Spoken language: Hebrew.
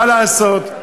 מה לעשות,